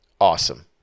awesome